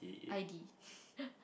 I D